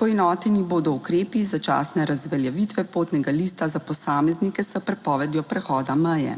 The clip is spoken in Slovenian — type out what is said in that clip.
Poenoteni bodo ukrepi začasne razveljavitve potnega lista za posameznike s prepovedjo prehoda meje.